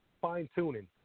fine-tuning